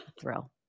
Thrill